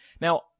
now